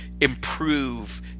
improve